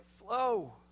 flow